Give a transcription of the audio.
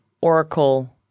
oracle